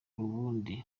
ubundi